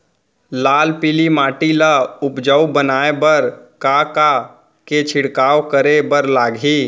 लाल पीली माटी ला उपजाऊ बनाए बर का का के छिड़काव करे बर लागही?